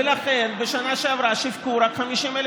ולכן בשנה שעברה שיווקו רק 50,000